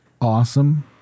awesome